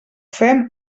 fem